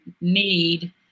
need